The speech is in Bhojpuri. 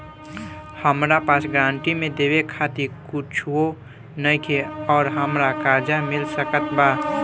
हमरा पास गारंटी मे देवे खातिर कुछूओ नईखे और हमरा कर्जा मिल सकत बा?